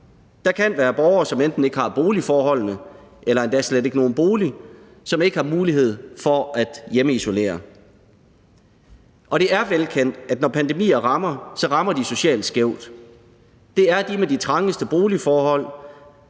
Der kan være borgere, som enten ikke har boligforholdene eller endda slet ikke har nogen bolig, som ikke har mulighed for at lade sig hjemmeisolere. Og det er velkendt, at når pandemier rammer, så rammer de socialt skævt; det er de med de trangeste boligforhold